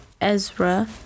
Ezra